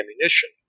ammunition